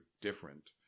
different